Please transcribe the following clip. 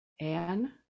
anne